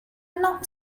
not